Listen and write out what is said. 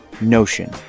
Notion